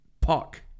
Puck